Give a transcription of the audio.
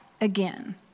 again